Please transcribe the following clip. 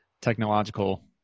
technological